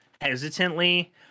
hesitantly